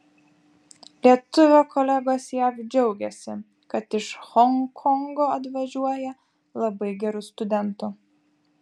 lietuvio kolegos jav džiaugiasi kad iš honkongo atvažiuoja labai gerų studentų